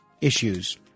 issues